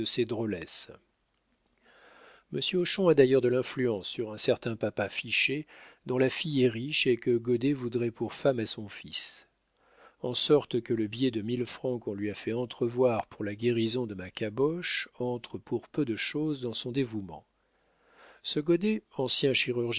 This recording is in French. monsieur hochon a d'ailleurs de l'influence sur un certain papa fichet dont la fille est riche et que goddet voudrait pour femme à son fils en sorte que le billet de mille francs qu'on lui a fait entrevoir pour la guérison de ma caboche entre pour peu de chose dans son dévouement ce goddet ancien